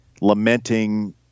lamenting